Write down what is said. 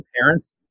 parents